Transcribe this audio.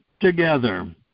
together